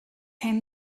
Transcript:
came